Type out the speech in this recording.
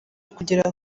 kugera